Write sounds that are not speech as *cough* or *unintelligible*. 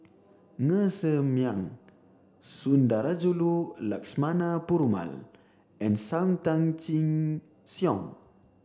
*unintelligible* Ser Miang Sundarajulu Lakshmana Perumal and Sam Tan Chin Siong